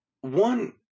one